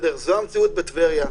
זו המציאות בטבריה.